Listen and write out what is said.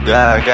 God